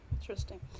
Interesting